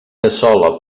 cassola